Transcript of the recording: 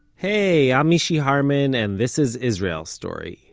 hey, i'm mishy harman, and this is israel story.